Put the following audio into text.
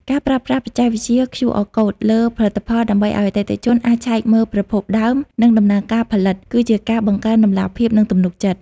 ការប្រើប្រាស់បច្ចេកវិទ្យា QR Code លើផលិតផល ដើម្បីឱ្យអតិថិជនអាចឆែកមើលប្រភពដើម និងដំណើរការផលិត គឺជាការបង្កើនតម្លាភាព និងទំនុកចិត្ត។